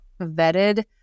vetted